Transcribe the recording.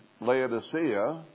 Laodicea